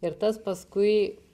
ir tas paskui